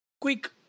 quick